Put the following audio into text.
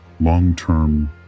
long-term